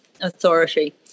authority